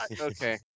okay